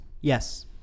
Yes